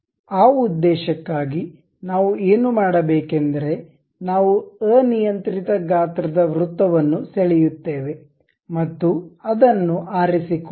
ಆ ಉದ್ದೇಶಕ್ಕಾಗಿ ನಾವು ಏನು ಮಾಡಬೇಕೆಂದರೆ ನಾವು ಅನಿಯಂತ್ರಿತ ಗಾತ್ರದ ವೃತ್ತವನ್ನು ಸೆಳೆಯುತ್ತೇವೆ ಮತ್ತು ಅದನ್ನು ಆರಿಸಿಕೊಳ್ಳಿ